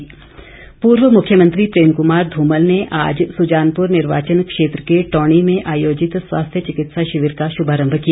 चिकित्सा शिविर पूर्व मुख्यमंत्री प्रेम कुमार धूमल ने आज सुजानपुर निर्वाचन क्षेत्र के टौणी में आयोजित स्वास्थ्य चिकित्सा शिविर का शुभारंभ किया